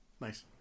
Nice